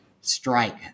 strike